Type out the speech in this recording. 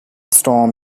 storm